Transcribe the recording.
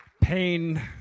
pain